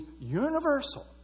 universal